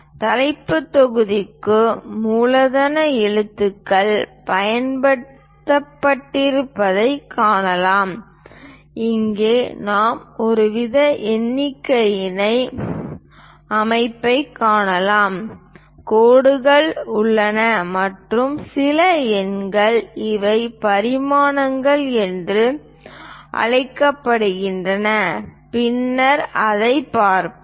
தலைப்புத் தொகுதிக்கு மூலதன எழுத்துக்கள் பயன்படுத்தப்பட்டிருப்பதைக் காணலாம் இங்கே நாம் ஒருவித எண்ணிக்கையிலான அமைப்பைக் காணலாம் கோடுகள் உள்ளன மற்றும் சில எண்கள் இவை பரிமாணங்கள் என்று அழைக்கப்படுகின்றன பின்னர் அதைப் பார்ப்போம்